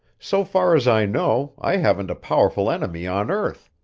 so far as i know, i haven't a powerful enemy on earth.